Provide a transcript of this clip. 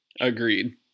Agreed